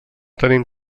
tenim